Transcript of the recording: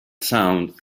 sound